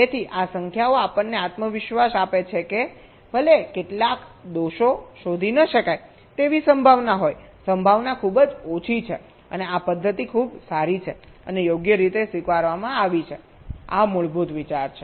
તેથી આ સંખ્યાઓ આપણને આત્મવિશ્વાસ આપે છે કે ભલે કેટલાક દોષો શોધી ન શકાય તેવી સંભાવના હોય સંભાવના ખૂબ જ ઓછી છે અને આ પદ્ધતિ ખૂબ સારી છે અને યોગ્ય રીતે સ્વીકારવામાં આવી છે આ મૂળભુત વિચાર છે